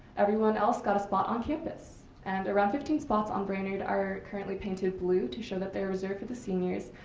everyone else got a spot on campus and around fifteen spots on branyard are currently painted blue to show that they are reserved for the seniors,